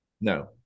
No